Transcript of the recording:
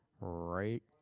right